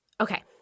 Okay